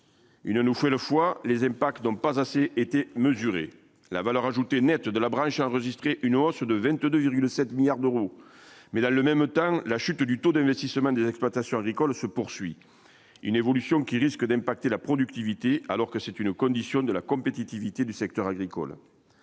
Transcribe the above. une nous fait le foie, les impacts donc pas assez était mesurer la valeur ajoutée nette de la branche a enregistré une hausse de 22,7 milliards d'euros, mais là le même temps, la chute du taux d'investissement des exploitations agricoles se poursuit une évolution qui risque d'impacter la productivité alors que c'est une condition de la compétitivité du secteur agricole,